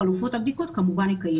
חלופות הבדיקות כמובן קיימת.